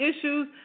issues